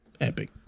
epic